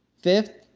fifth,